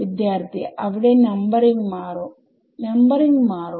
വിദ്യാർത്ഥി അവിടെ നമ്പറിങ്ങ്മാറും നമ്പറിങ്ങ് മാറും